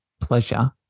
pleasure